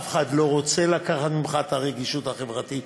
אף אחד לא רוצה לקחת ממך את הרגישות החברתית,